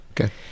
Okay